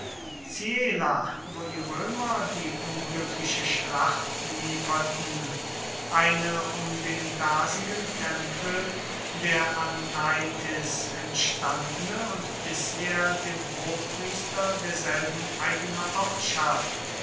ziela wo die römer die unglückliche schlacht lieferten eine um den dasigen tempel der anaitis entstandene und bisher dem hochpriester derselben eigene